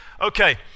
Okay